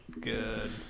Good